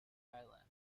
thailand